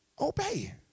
obey